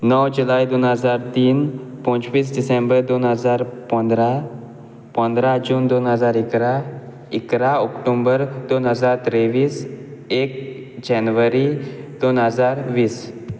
णव जुलय दोन हाजार तीन पंचवीस डिसेंबर दोन हजार पंदरा पंदरा जून दोन हजार इकरा इकरा ऑक्टोबर दोन हजार तेवीस एक जानेवरी दोन हजार वीस